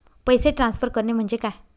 पैसे ट्रान्सफर करणे म्हणजे काय?